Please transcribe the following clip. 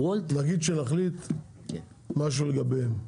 נגיד שנחליט משהו לגביהם,